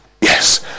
Yes